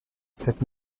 cette